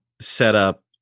setup